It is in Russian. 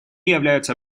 являются